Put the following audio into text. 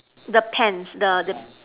the pants the the